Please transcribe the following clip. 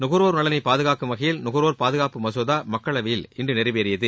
நுகர்வோர் நலனை பாதுகாக்கும் வகையில் நுகர்வோர் பாதுகாப்பு மசோதா மக்களவையில் இன்று நிறைவேறியது